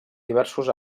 diversos